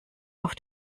auf